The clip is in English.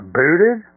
booted